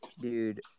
Dude